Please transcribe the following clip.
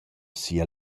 sia